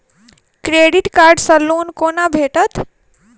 Credit card सँ loan कोना भेटत?